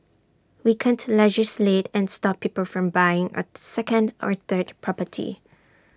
we can't legislate and stop people from buying A second or third property